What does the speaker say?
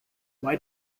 why